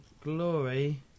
glory